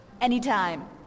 Anytime